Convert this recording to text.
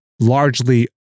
largely